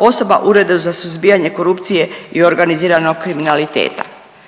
osoba Uredu za suzbijanje korupcije i organiziranog kriminaliteta.